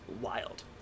wild